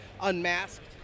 unmasked